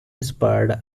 spurred